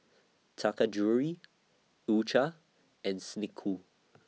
Taka Jewelry U Cha and Snek Ku